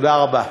תודה רבה.